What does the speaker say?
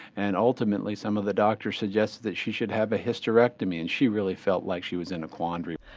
and ultimately some of the doctors suggested that she should have a hysterectomy. and she really felt like she was in a quandary.